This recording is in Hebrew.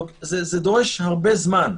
זה דורש הרבה זמן,